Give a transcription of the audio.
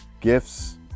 gifts